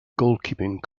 goalkeeping